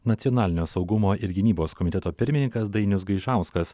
nacionalinio saugumo ir gynybos komiteto pirmininkas dainius gaižauskas